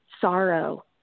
sorrow